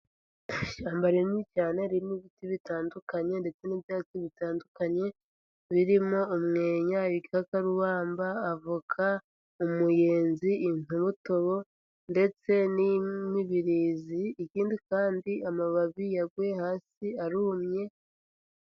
Ishyamba rinini cyane ririmo ibiti bitandukanye ndetse n'ibyatsi bitandukanye birimo: umwenya, igikakarubamba, avoka, umuyenzi, intobotobo ndetse n'imibirizi, ikindi kandi amababi yaguye hasi arumye.